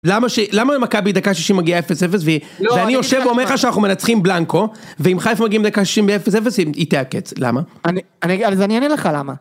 למה מכבי דקה שישים מגיעה 0-0 והיא... ואני יושב ואומר לך שאנחנו מנצחים בלנקו, ואם חייפה מגיעים דקה שישי 0-0, היא תהקץ, למה? אני אענה לך למה.